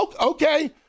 okay